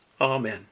Amen